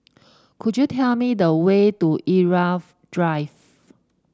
could you tell me the way to Irau Drive